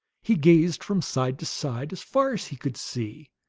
he gazed from side to side as far as he could see,